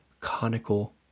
conical